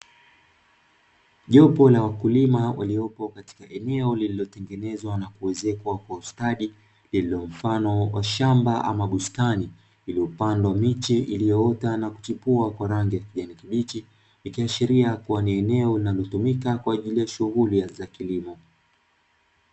Jopo la wakulima waliopo katika eneo lililotengenezwa na kuezekwa kwa ustadi lililo mfano wa shamba au bustani iliyopandwa miche iliyoota na kuchipua kwa rangi ya kijani kibichi, ikiashiria kuwa ni eneo linalotumika kwa ajili ya shughuli za kilimo.